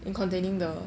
in containing the